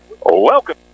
Welcome